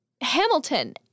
Hamilton